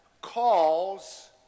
calls